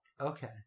Okay